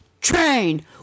train